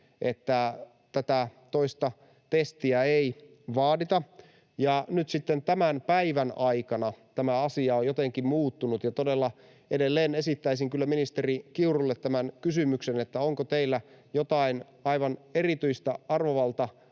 että tätä toista testiä ei vaadita, mutta nyt sitten tämän päivän aikana tämä asia on jotenkin muuttunut. Todella edelleen esittäisin kyllä ministeri Kiurulle tämän kysymyksen, onko teillä jotain aivan erityistä arvovaltaongelmaa